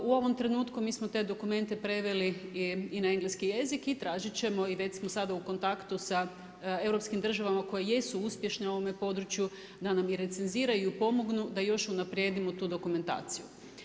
U ovom trenutku mi smo te dokumente preveli i na engleski jezik i tražit ćemo i već smo sad u kontaktu sa europskim državama koje jesu uspješne u ovome području da nam i recenziraju i pomognu da još unaprijedimo tu dokumentaciju.